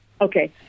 Okay